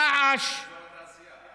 רעש, אתה מדבר על אזור התעשייה.